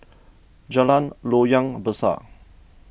Jalan Loyang Besar